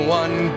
one